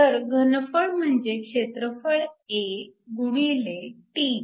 तर घनफळ म्हणजे क्षेत्रफळ A गुणिले t